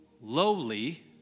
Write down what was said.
lowly